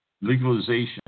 legalization